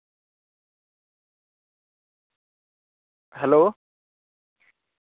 hello